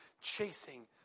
chasing